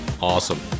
awesome